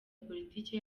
politike